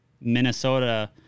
Minnesota